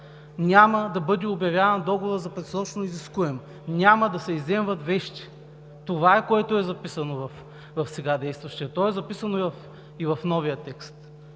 няма да бъде обявяван договорът за предсрочно изискуем, няма да се изземват вещи. Това е записано в сега действащия текст. То е записано в новия текст.